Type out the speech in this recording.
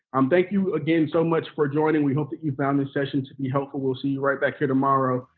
um thank you again so much for joining. we hope that you found this session to be helpful. we'll see you right back here tomorrow.